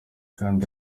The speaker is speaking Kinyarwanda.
kandi